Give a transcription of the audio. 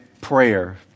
prayer